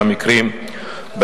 אין מקום להחיל